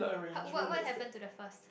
uh what what happened to the first